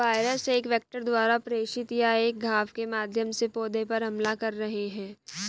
virus एक vector द्वारा प्रेषित या एक घाव के माध्यम से पौधे पर हमला कर रहे हैं